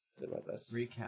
recap